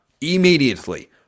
immediately